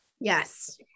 Yes